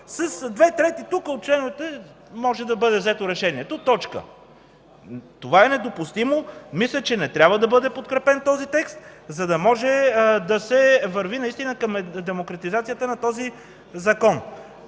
„с две трети от членовете може да бъде взето решението” – точка. Това е недопустимо и мисля, че този текст не трябва да бъде подкрепен, за да може да се върви наистина към демократизацията на този закон.